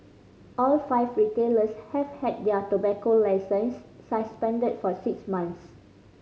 all five retailers have had their tobacco licences suspended for six month